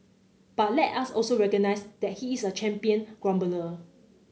but let us also recognise that he is a champion grumbler